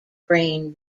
brain